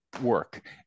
work